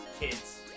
kids